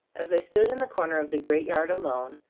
as i stood in the corner of the great yard alone,